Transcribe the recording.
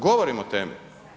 Govorim o temi.